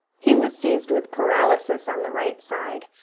he was seized with paralysis on the right side,